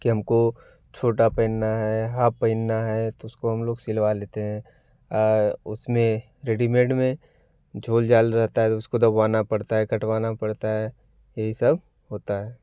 कि हमको छोटा पहनना है हाफ पहनना है तो उसको हम लोग सिलवा लेते हैं उसमें रेडीमेड में झोल झाल रहता है तो उसको दबवाना पड़ता है कटवाना पड़ता है यही सब होता है